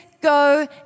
go